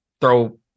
throw